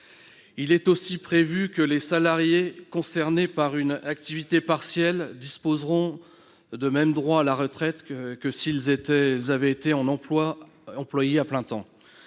Il est aussi prévu que les salariés concernés par une activité partielle disposeront des mêmes droits à la retraite que s'ils avaient été employés à plein temps.